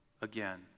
again